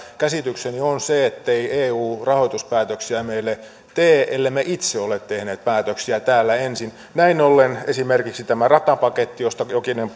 käsitykseni on se ettei eu rahoituspäätöksiä meille tee ellemme itse ole tehneet päätöksiä täällä ensin näin ollen esimerkiksi tämä ratapaketti josta jokinen